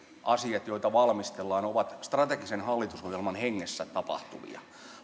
asiat joita valmistellaan ovat strategisen hallitusohjelman hengessä tapahtuvia